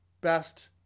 best